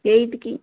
ఎయిట్కి